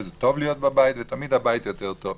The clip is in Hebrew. כי תמיד להיות בבית זה יותר טוב.